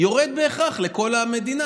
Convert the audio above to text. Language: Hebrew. יורד בהכרח בכל המדינה,